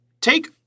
Take